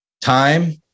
time